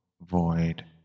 void